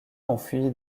enfui